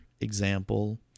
example